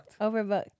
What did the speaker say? overbooked